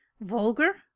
Vulgar